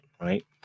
right